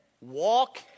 walk